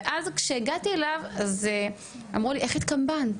ואז כשהגעתי אליו אז אמרו לי איך התקבלת?